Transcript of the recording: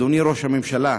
אדוני ראש הממשלה,